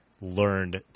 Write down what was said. learned